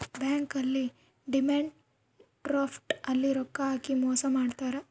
bank ಅಲ್ಲಿ demand draft ಅಲ್ಲಿ ರೊಕ್ಕ ಹಾಕಿ ಮೋಸ ಮಾಡ್ತಾರ